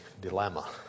dilemma